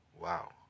Wow